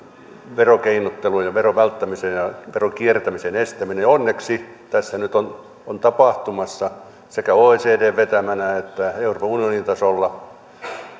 verokeinottelu ja veron välttämisen ja veronkiertämisen estäminen onneksi tässä nyt on on tapahtumassa sekä oecdn vetämänä että euroopan unionin tasolla